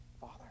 Father